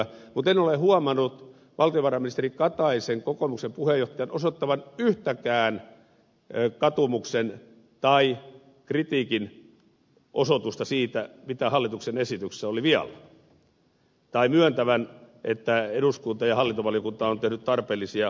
mutta en ole huomannut valtiovarainministeri kataisen kokoomuksen puheenjohtajan osoittavan yhtäkään katumuksen tai kritiikin osoitusta siitä mitä hallituksen esityksessä oli vialla tai myöntävän että eduskunta ja hallintovaliokunta on tehnyt tarpeellisia korjauksia